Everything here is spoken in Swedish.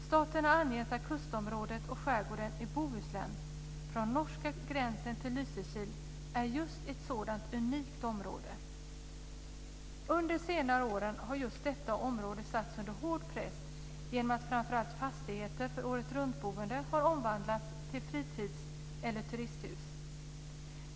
Staten har angivit att kustområdet och skärgården i Bohuslän från norska gränsen till Lysekil är just ett sådant unikt område. Under senare år har just detta område satts under hård press genom att framför allt fastigheter för åretruntboende har omvandlats till fritids eller turisthus.